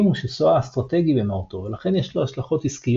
הוא ש-SOA אסטרטגי במהותו ולכן יש לו השלכות עסקיות,